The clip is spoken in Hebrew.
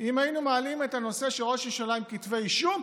אם היינו מעלים את הנושא של ראש ממשלה עם כתבי אישום.